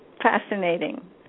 fascinating